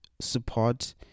support